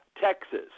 Texas